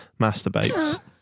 masturbates